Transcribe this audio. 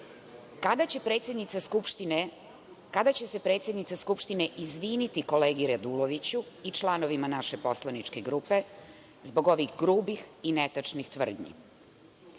Kada će se predsednica Skupštine izviniti kolegi Raduloviću i članovima naše poslaničke grupe zbog ovih grubih i netačnih tvrdnji? Zašto